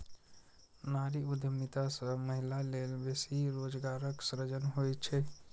नारी उद्यमिता सं महिला लेल बेसी रोजगारक सृजन होइ छै